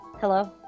Hello